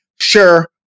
Sure